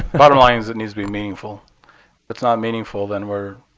bottom line is it need to be meaningful. if it's not meaningful then we're